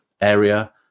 area